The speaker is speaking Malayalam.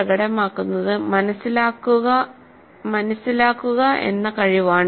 പ്രകടമാക്കുന്നത് മനസിലാക്കുക എന്ന കഴിവാണ്